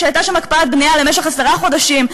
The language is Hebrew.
כשהייתה שם הקפאת בנייה למשך עשרה חודשים.